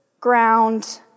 ground